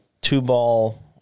two-ball